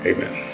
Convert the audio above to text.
Amen